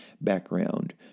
background